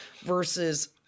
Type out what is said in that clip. versus